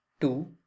two